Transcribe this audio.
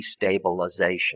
destabilization